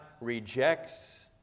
rejects